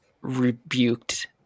rebuked